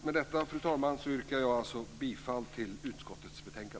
Med detta, fru talman, yrkar jag bifall till utskottets hemställan.